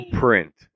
print